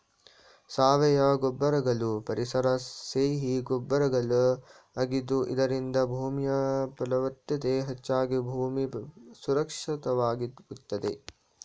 ಸಾವಯವ ಗೊಬ್ಬರಗಳು ಪರಿಸರ ಸ್ನೇಹಿ ಗೊಬ್ಬರಗಳ ಆಗಿದ್ದು ಇದರಿಂದ ಭೂಮಿಯ ಫಲವತ್ತತೆ ಹೆಚ್ಚಾಗಿ ಭೂಮಿ ಸುರಕ್ಷಿತವಾಗಿರುತ್ತದೆ